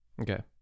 Okay